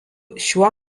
šiuo